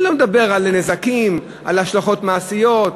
אני לא מדבר על נזקים, על השלכות מעשיות,